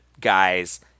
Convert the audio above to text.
guys